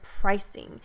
pricing